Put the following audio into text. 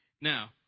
Now